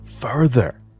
further